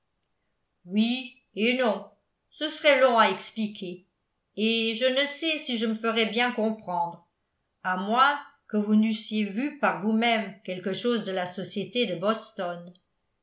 oui et non ce serait long à expliquer et je ne sais si je me ferais bien comprendre à moins que vous n'eussiez vu par vous-même quelque chose de la société de boston